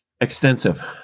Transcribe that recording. Extensive